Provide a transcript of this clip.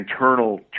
internal